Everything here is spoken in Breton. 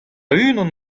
unan